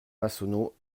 massonneau